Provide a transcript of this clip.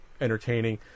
entertaining